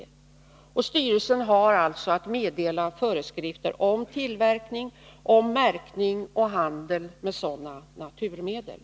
Socialstyrelsen har alltså att meddela föreskrifter om tillverkning, märkning och handel med sådana naturmedel.